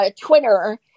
Twitter